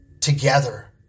together